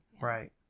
Right